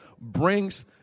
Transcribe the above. brings